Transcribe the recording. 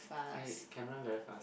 I can run very fast